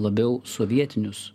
labiau sovietinius